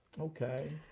Okay